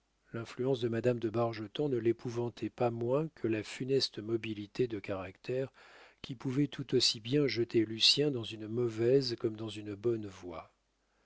l'influence de madame de bargeton ne l'épouvantait pas moins que la funeste mobilité de caractère qui pouvait tout aussi bien jeter lucien dans une mauvaise comme dans une bonne voie